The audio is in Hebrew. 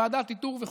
ועדת איתור וכו'.